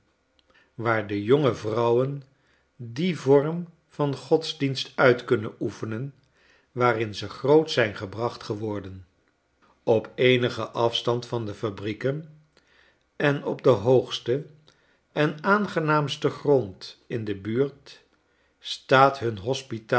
waar de jongevrouwen dien vorm van godsdienst uit kunnenoefenen waarin ze groot zijn gebracht geworden op eenigen afstand van de fabrieken en op den hoogsten en aangenaamsten grond in de buurt staat hun hospitaal